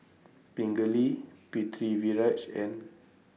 Pingali Pritiviraj and